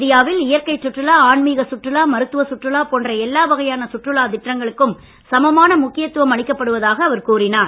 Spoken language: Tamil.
இந்தியாவில் இயற்கைச் சுற்றுலா ஆன்மீகச் சுற்றுலா மருத்துவச் சுற்றுலா போன்ற எல்லா வகையான சுற்றுலா திட்டங்களுக்கும் சமமான முக்கியத்துவம் அளிக்கப்படுவதாக அவர் கூறினார்